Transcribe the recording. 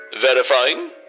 verifying